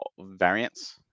variants